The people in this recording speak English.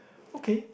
okay